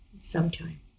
sometime